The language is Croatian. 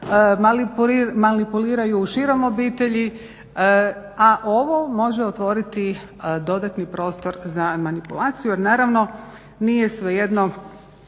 manipuliraju širom obitelji a ovo može otvoriti dodatni prostor za manipulaciju jer naravno nije svejedno